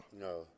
No